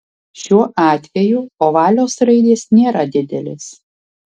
šiuo atveju ovalios raidės nėra didelės